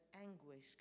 anguish